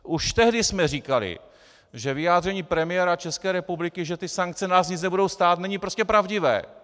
Už tehdy jsme říkali, že vyjádření premiéra České republiky, že ty sankce nás nebudou nic stát, není prostě pravdivé.